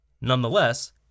Nonetheless